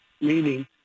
meaning